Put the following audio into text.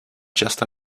just